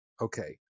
Okay